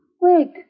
Wait